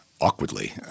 Awkwardly